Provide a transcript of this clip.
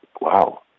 wow